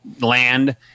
land